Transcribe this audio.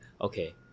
okay